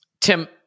tim